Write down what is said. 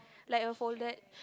like a folded